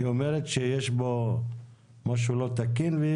היא אומרת שיש פה משהו לא תקין.